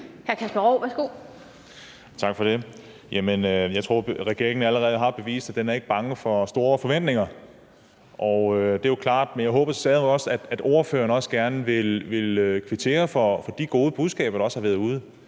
Tak for det. Jamen jeg tror, at regeringen allerede har bevist, at den ikke er bange for store forventninger, det er jo klart. Men jeg håber søreme også, at ordføreren også gerne vil kvittere for de gode budskaber, der også har været ude,